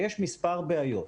ויש מספר בעיות.